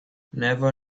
never